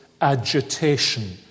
agitation